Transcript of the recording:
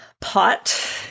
pot